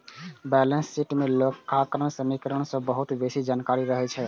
balance sheet मे लेखांकन समीकरण सं बहुत बेसी जानकारी रहै छै